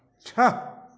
छः